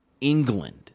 England